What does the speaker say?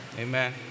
Amen